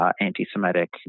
Anti-Semitic